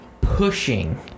pushing